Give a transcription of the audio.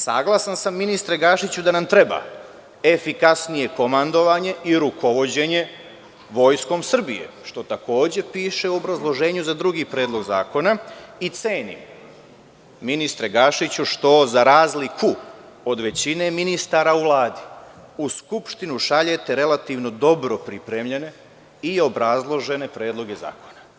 Saglasan sam, ministre Gašiću, da nam treba efikasnije komandovanje i rukovođenje Vojskom Srbije, što takođe piše u obrazloženju za drugi predlog zakona i cenim, ministre Gašiću, što, za razliku od većine ministara u Vladi, u Skupštinu šaljete relativno dobro pripremljene i obrazložene predloge zakona.